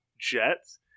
jets